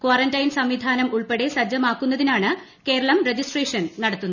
quarantine സംവിധാനം ഉൾപ്പെടെ സജ്ജമാക്കുന്നതിനാണ് കേരളം രജിസ്ട്രേഷൻ നടത്തുന്നത്